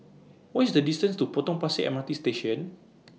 What IS The distance to Potong Pasir M R T Station